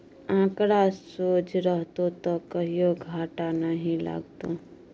आंकड़ा सोझ रहतौ त कहियो घाटा नहि लागतौ